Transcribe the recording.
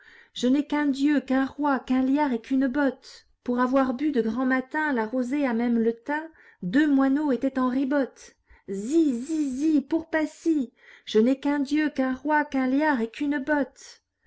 je n'ai qu'un dieu qu'un roi qu'un liard et qu'une botte pour avoir bu de grand matin la rosée à même le thym deux moineaux étaient en ribote zi zi zi pour passy je n'ai qu'un dieu qu'un roi qu'un liard et qu'une botte